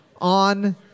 on